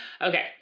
Okay